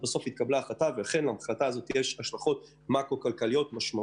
בסוף התקבלה החלטה שיש לה השלכות מקרו גדולות.